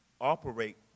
operate